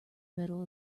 middle